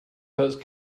coast